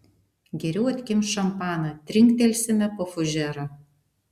geriau atkimšk šampaną trinktelsime po fužerą